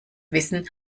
wissen